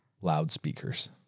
loudspeakers